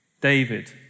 David